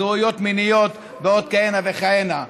זהויות מיניות ועוד כהנה וכהנה.